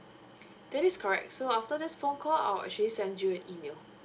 that is correct so after this phone call I'll actually send you an email